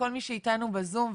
למי שאתנו בזום,